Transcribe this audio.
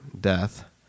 death